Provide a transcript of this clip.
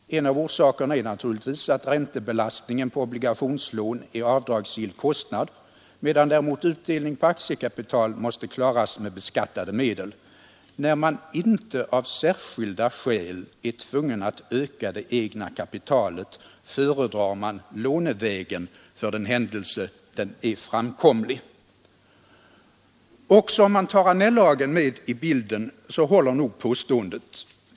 En av orsakerna är naturligtvis att räntebetalningar på obligationslån är avdragsgill kostnad, medan däremot utdelning på aktiekapital måste klaras med beskattade medel. När man inte av särskilda skäl är tvungen att öka det egna kapitalet föredrar man lånevägen för den händelse den är framkomlig.” Också om man tar Annell-lagen med i bilden håller nog påståendet.